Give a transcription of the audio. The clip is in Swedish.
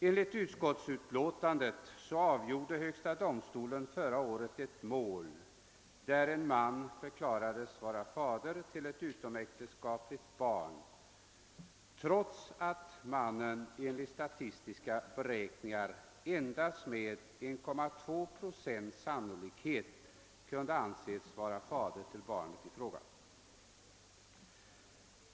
Enligt utskottsutlåtandet avgjorde högsta domstolen förra året ett mål, där en man förklarades vara fader till ett utomäktenskapligt barn trots att mannen enligt statistiska beräkningar endast med 1,2 procents sannolikhet kunde anses vara fader till barnet.